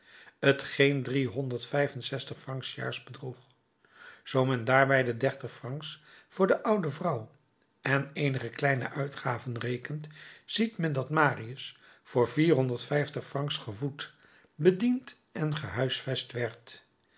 en zestig francs s jaars bedroeg zoo men daarbij de dertig francs voor de oude vrouw en eenige kleine uitgaven rekent ziet men dat marius voor vierhonderd vijftig francs gevoed bediend en gehuisvest werd